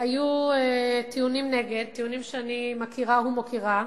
היו טיעונים נגד, טיעונים שאני מכירה ומוקירה,